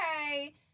okay